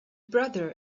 brother